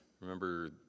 Remember